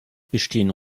bestehen